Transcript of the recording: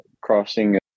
crossing